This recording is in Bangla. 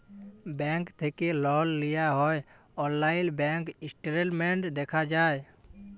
ব্যাংক থ্যাকে লল লিয়া হ্যয় অললাইল ব্যাংক ইসট্যাটমেল্ট দ্যাখা যায়